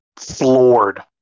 floored